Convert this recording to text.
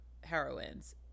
heroines